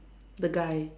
the guy